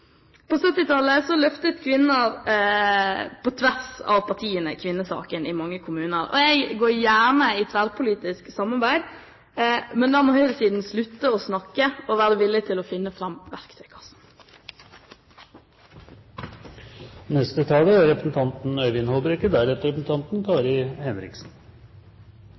løftet kvinner på tvers av partiene kvinnesaken i mange kommuner. Jeg går gjerne i tverrpolitisk samarbeid, men da må høyresiden slutte å snakke og være villig til å finne fram